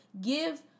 give